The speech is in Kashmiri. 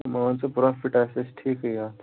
مان ژٕ پرٛافِٹ آسہِ اَسہِ ٹھیٖکٕے اَتھ